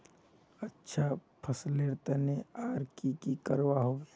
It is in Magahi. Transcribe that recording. अच्छा फसलेर तने आर की की करवा होबे?